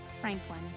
Franklin